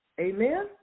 Amen